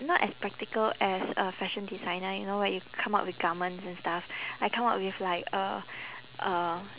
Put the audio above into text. not as practical as a fashion designer you know where you come up with garments and stuff I come up with like uh uh